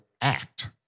act